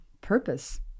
purpose